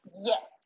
Yes